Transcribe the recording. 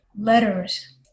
letters